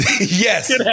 yes